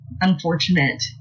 unfortunate